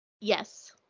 Yes